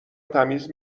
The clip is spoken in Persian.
تمیز